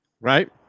Right